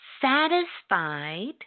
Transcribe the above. satisfied